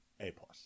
A-plus